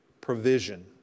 provision